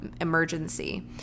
emergency